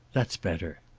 that's better.